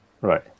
Right